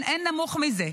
אין נמוך מזה,